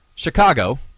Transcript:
Chicago